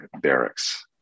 barracks